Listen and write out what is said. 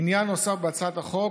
עניין נוסף בהצעת החוק,